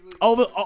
Over